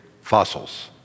fossils